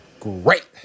Great